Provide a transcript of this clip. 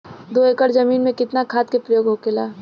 दो एकड़ जमीन में कितना खाद के प्रयोग होखेला?